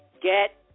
Get